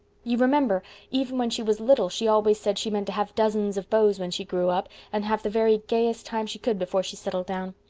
you remember even when she was little she always said she meant to have dozens of beaus when she grew up and have the very gayest time she could before she settled down.